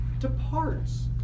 departs